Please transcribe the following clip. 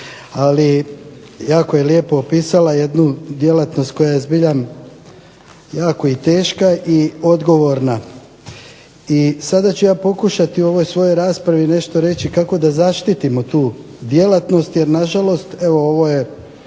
Ali jako je lijepo opisala jednu djelatnost koja je zbilja jako i teška i odgovorna. I sada ću ja pokušati u ovoj svojoj raspravi nešto reći kako da zaštitimo tu djelatnost jer nažalost ova promjena